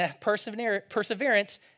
perseverance